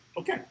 Okay